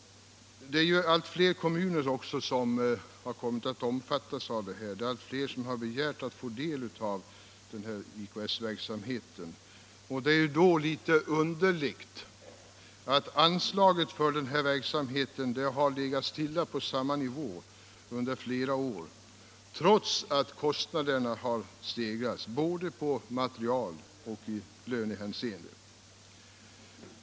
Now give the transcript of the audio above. Allt fler kommuner har kommit att omfattas av IKS-verksamheten — allt fler har begärt att få del av den. Det är då litet underligt att anslaget för denna verksamhet har legat på samma nivå under flera år, trots att kostnaderna har stigit både för material och för löner.